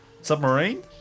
Submarine